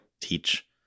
teach